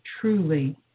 truly